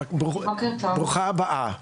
ברוכה הבאה.